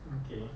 okay